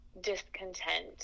discontent